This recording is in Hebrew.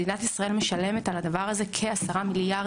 מדינת ישראל משלמת על הדבר הזה כ-10 מיליארד